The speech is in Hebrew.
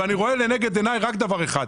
ואני רואה לנגד עיניי רק דבר אחד,